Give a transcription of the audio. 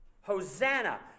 Hosanna